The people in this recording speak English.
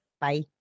Bye